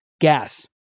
gas